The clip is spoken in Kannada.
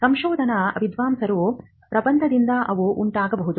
ಸಂಶೋಧನಾ ವಿದ್ವಾಂಸರ ಪ್ರಬಂಧದಿಂದ ಅವು ಉಂಟಾಗಬಹುದು